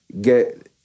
get